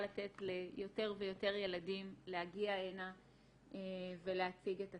לתת ליותר ויותר ילדים להגיע הנה ולהציג את עצמם.